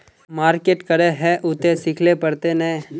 Market करे है उ ते सिखले पड़ते नय?